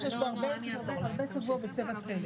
שכבר דיברנו על התוספת לילד,